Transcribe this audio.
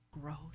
growth